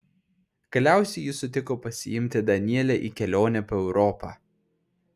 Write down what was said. galiausiai jis sutiko pasiimti danielę į kelionę po europą